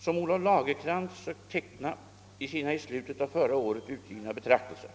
som Olof Lagercrantz sökt teckna i sina i slutet av förra året utgivna betraktelser.